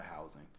housing